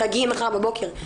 תגיעי מחר בבוקר.